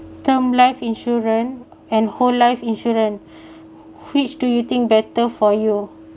term life insurance and whole life insurance which do you think better for you